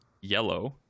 yellow